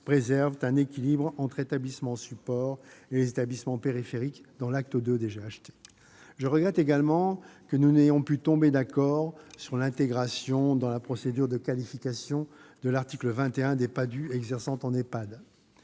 préservent un équilibre entre les établissements supports et les établissements périphériques dans le cadre de l'acte II des GHT. Je regrette également que nous n'ayons pu tomber d'accord sur l'intégration dans la procédure de qualification de l'article 21 des praticiens